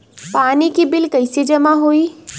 पानी के बिल कैसे जमा होयी?